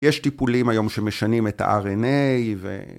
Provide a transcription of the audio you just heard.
יש טיפולים היום שמשנים את ה-RNA ו...